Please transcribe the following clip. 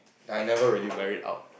I never really wear it out